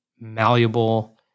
malleable